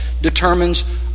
determines